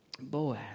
Boaz